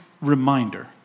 reminder